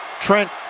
Trent